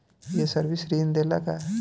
ये सर्विस ऋण देला का?